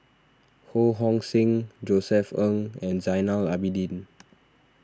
Ho Hong Sing Josef Ng and Zainal Abidin